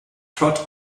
trot